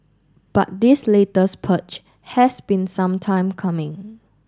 but this latest purge has been some time coming